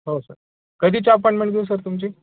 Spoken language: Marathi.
हो सर कधीची अपॉईंटमेट घेऊ सर तुमची